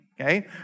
Okay